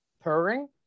purring